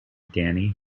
danny